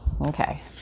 Okay